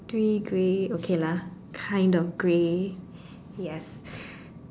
three grey okay lah kind of grey yes